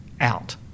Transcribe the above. out